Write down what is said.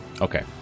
okay